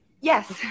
Yes